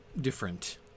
different